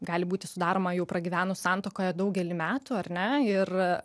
gali būti sudaroma jau pragyvenus santuokoje daugelį metų ar ne ir